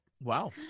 Wow